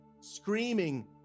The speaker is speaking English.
Screaming